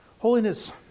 Holiness